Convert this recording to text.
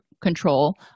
control